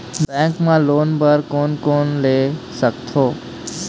Bank मा loan बर कोन कोन ले सकथों?